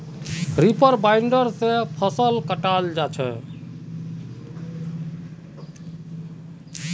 reaper binder से फसल कटाल जा छ